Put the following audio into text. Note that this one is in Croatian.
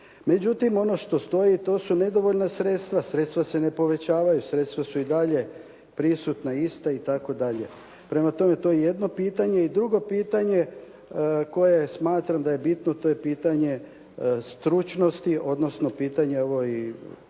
Međutim, ono što stoji to su nedovoljna sredstva. Sredstva se ne povećavaju, sredstva su i dalje prisutna ista itd. Prema tome, to je jedno pitanje. I drugo pitanje koje smatram da je bitno, to je pitanje stručnosti, odnosno pitanje profesor